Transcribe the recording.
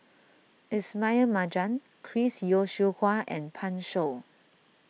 Ismail Marjan Chris Yeo Siew Hua and Pan Shou